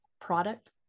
product